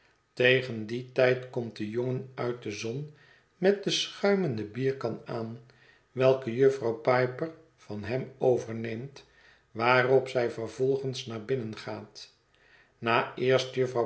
tegen dien tijd komt de jongen uit de zon met de schuimende bierkan aan welke jufvrouw piper van hem overneemt waarop zij vervolgens naar binnen gaat na eerst